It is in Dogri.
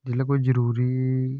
जिल्लै कोई जरूरी